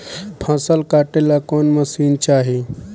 फसल काटेला कौन मशीन चाही?